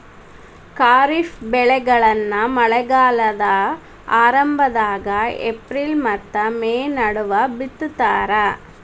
ಖಾರಿಫ್ ಬೆಳೆಗಳನ್ನ ಮಳೆಗಾಲದ ಆರಂಭದಾಗ ಏಪ್ರಿಲ್ ಮತ್ತ ಮೇ ನಡುವ ಬಿತ್ತತಾರ